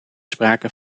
sprake